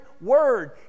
word